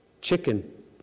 Chicken